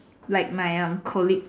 like my um colleague